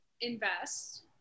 invest